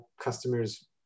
customers